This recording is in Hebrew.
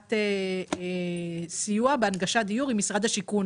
לקבלת סיוע בהנגשת דיור עם משרד השיכון.